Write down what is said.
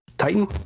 titan